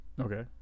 Okay